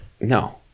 No